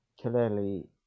clearly